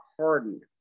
hardened